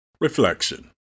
Reflection